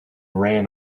ran